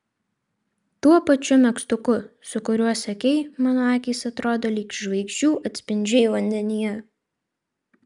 tuo pačiu megztuku su kuriuo sakei mano akys atrodo lyg žvaigždžių atspindžiai vandenyne